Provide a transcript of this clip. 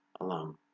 alone